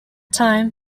time